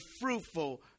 fruitful